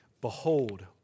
Behold